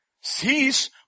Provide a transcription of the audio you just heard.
sees